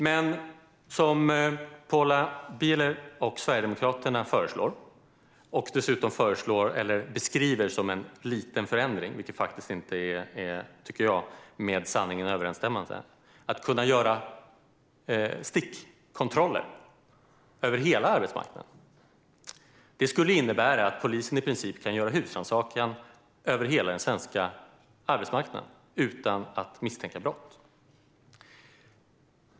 Men som Paula Bieler och Sverigedemokraterna föreslår och dessutom beskriver som en liten förändring - vilket faktiskt inte är med sanningen överensstämmande, tycker jag - att man ska kunna göra stickkontroller på hela arbetsmarknaden skulle i princip innebära att polisen kan göra husrannsakningar över hela den svenska arbetsmarknaden utan att misstänka brott.